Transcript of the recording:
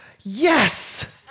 Yes